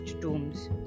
tombs